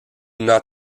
not